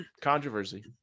Controversy